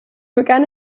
begann